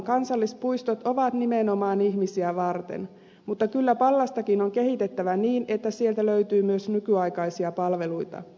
kansallispuistot ovat nimenomaan ihmisiä varten mutta kyllä pallastakin on kehitettävä niin että sieltä löytyy myös nykyaikaisia palveluita